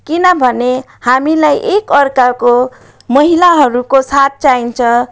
किनभने हामीलाई एकाअर्काको महिलाहरूको साथ चाहिन्छ